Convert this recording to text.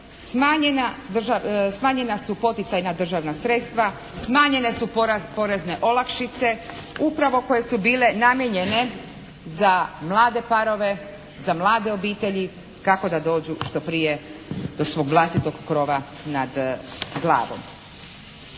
smanjena su poticajna državna sredstva, smanjene su porezne olakšice, upravo koje su bile namijenjen za mlade parove, za mlade obitelji kako da dođu što prije do svog vlastitog krova nad glavom.